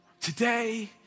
Today